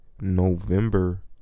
November